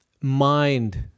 mind